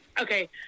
Okay